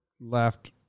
Left